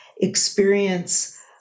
experience